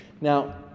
Now